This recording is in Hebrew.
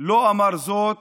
לא אמר זאת